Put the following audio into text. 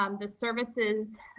um the services